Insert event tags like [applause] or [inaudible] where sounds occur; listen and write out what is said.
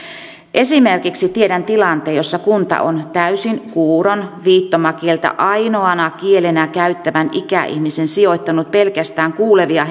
esimerkiksi tiedän tilanteen jossa kunta on täysin kuuron viittomakieltä ainoana kielenä käyttävän ikäihmisen sijoittanut pelkästään kuulevien [unintelligible]